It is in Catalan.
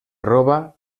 roba